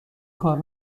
کار